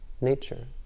nature